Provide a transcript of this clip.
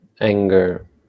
anger